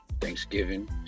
Thanksgiving